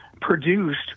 produced